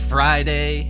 Friday